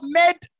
made